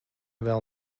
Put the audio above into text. vēl